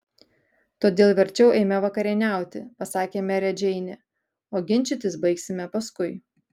todėl verčiau eime vakarieniauti pasakė merė džeinė o ginčytis baigsime paskui